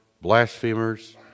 blasphemers